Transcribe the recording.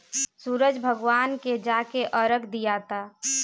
सूरज भगवान के जाके अरग दियाता